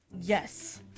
Yes